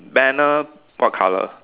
banner what colour